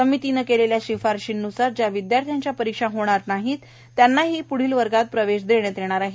समितीने केलेल्या शिफारशीन्सार ज्या विद्यार्थ्यांच्या परीक्षा होणार नाहीत त्यांना प्ढील वर्गात प्रवेश देण्यात येणार आहे